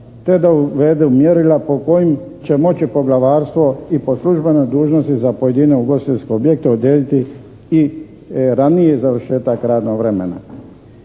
te da uvedu mjerila po kojim će moći Poglavarstvo i po službenoj dužnosti za pojedine ugostiteljske objekte odrediti i raniji završetak radnog vremena.